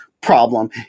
problem